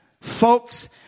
Folks